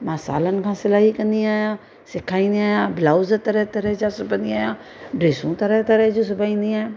मां सालनि खां सिलाई कंदी आहियां सेखारींदी आहियां ब्लाउज़ तरह तरह जा सिबंदी आहियां ड्रेसूं तरह तरह जी सिबाईंदी आहियां